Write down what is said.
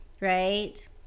right